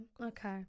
Okay